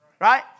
Right